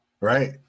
Right